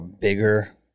bigger